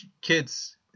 kids